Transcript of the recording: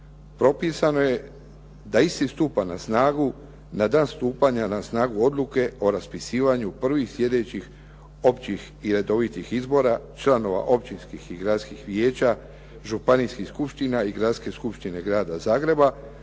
propisano je da isti stupa na snagu na dan stupanja na snagu Odluke o raspisivanju prvih sljedećih općih i redovitih izbora, članova općinskih i gradskih vijeća, županijskih skupština i Gradske skupštine Grada Zagreba